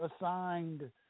assigned